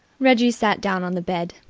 reggie sat down on the bed.